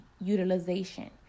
utilization